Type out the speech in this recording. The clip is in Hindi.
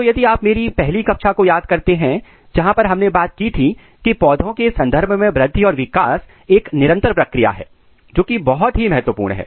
तो यदि आप मेरी पहली कक्षा को याद करते हैं जहां पर हमने बात की थी की पौधों के संदर्भ में वृद्धि और विकास एक निरंतर प्रक्रिया है जो की बहुत ही महत्वपूर्ण है